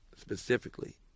specifically